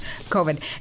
COVID